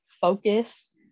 focus